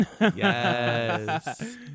yes